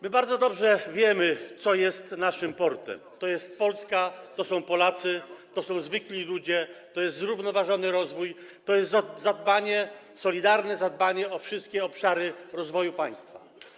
My bardzo dobrze wiemy, co jest naszym portem: to jest Polska, to są Polacy, to są zwykli ludzie, to jest zrównoważony rozwój, to solidarne zadbanie o wszystkie obszary rozwoju państwa.